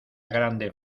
grande